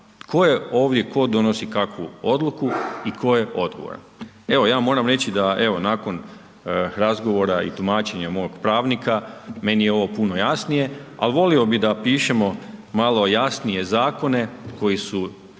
tko je ovdje tko donosi kakvu odluku i tko je odgovoran. Evo ja moram reći da evo nakon razgovora i tumačenja mog pravnika, meni je ovo puno jasnije ali volio bi da pišemo malo jasnije ali volio